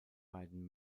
beiden